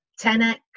10x